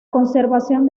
conservación